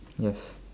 yes